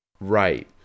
Right